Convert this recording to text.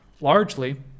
largely